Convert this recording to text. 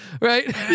Right